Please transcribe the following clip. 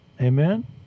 Amen